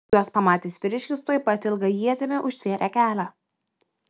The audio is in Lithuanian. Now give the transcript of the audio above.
juos pamatęs vyriškis tuoj pat ilga ietimi užtvėrė kelią